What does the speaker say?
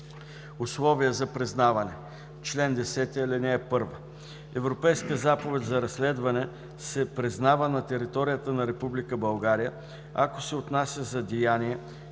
„Условия за признаване Чл. 10. (1) Европейска заповед за разследване се признава на територията на Република България, ако се отнася за деяния,